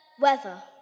weather